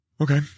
Okay